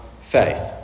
faith